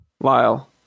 Lyle